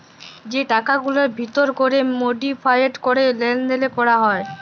যে টাকাগুলার ভিতর ক্যরে মডিফায়েড ক্যরে লেলদেল ক্যরা হ্যয়